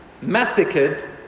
massacred